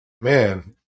Man